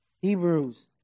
Hebrews